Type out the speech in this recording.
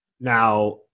Now